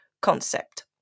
concept